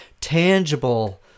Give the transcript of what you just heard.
tangible